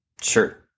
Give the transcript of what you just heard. Sure